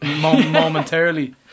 momentarily